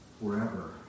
forever